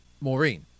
Maureen